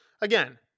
again